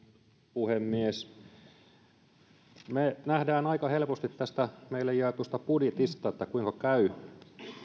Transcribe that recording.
puhemies me näemme aika helposti tästä meille jaetusta budjetista kuinka käy